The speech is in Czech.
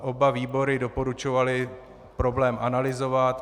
Oba výbory doporučovaly problém analyzovat.